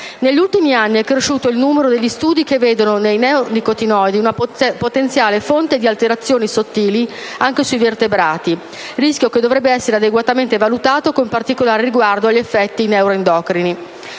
Negli ultimi anni è cresciuto il numero degli studi che vedono nei neonicotinoidi una potenziale fonte di alterazioni sottili anche sui vertebrati, rischio che dovrebbe essere adeguatamente valutato con particolare riguardo agli effetti neuroendocrini.